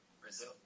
Brazil